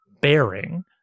bearing